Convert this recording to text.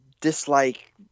dislike